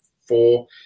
four